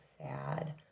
sad